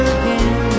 again